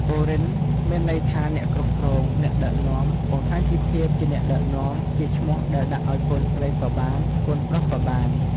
បូរិន មានន័យថាអ្នកគ្រប់គ្រង អ្នកដឹកនាំ បង្ហាញពីភាពជាអ្នកដឹកនាំ ជាឈ្មោះដែលដាក់ឲ្យកូនស្រីក៏បាន កូនប្រុសក៏បាន។